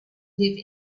live